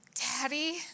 Daddy